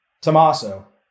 Tommaso